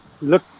look